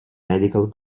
medical